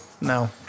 No